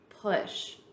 push